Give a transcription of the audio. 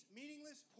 meaningless